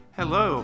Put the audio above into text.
Hello